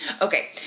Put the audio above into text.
Okay